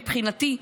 מבחינתי,